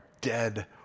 dead